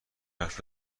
حرف